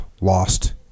lost